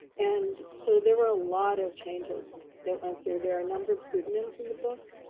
and so there were a lot of changes that went through. there are a number of pseudonyms in the book.